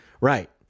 Right